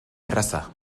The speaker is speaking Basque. erraza